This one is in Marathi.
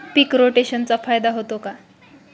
पीक रोटेशनचा फायदा होतो का?